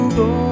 go